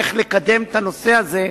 איך לקדם את הנושא הזה,